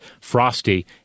Frosty